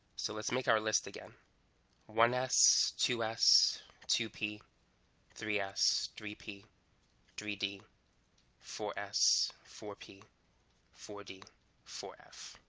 so let's make our list again one s two s two p three s three p three d four s four p four d four f.